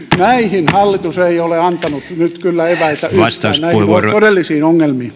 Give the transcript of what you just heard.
näihin hallitus ei ole antanut nyt kyllä eväitä yhtään näihin todellisiin ongelmiin